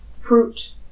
fruit